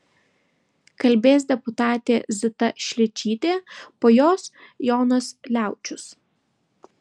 kalbės deputatė zita šličytė po jos jonas liaučius